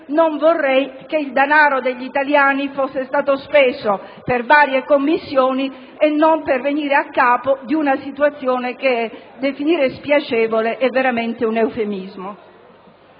non vorrei che il denaro degli italiani fosse stato speso per le varie Commissioni ma non per venire a capo di una situazione che definire spiacevole è veramente un eufemismo.